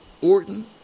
Orton